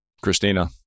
Christina